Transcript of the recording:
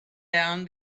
down